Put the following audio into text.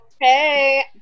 hey